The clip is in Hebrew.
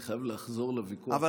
ואני חייב לחזור לוויכוח --- אבל,